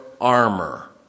armor